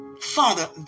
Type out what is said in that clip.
Father